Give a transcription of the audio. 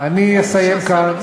אני אסיים כאן.